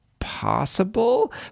possible